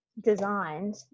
designed